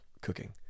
cooking